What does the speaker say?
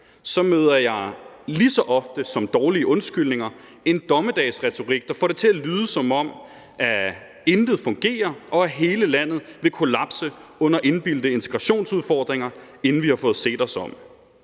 møder jeg lige så ofte som dårlige undskyldninger en dommedagsretorik, der får det til at lyde, som om intet fungerer, og som om hele landet vil kollapse under indbildte integrationsudfordringer, inden vi har fået set os om.